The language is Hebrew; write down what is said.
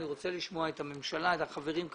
אני רוצה לשמוע את הממשלה וכמובן את החברים.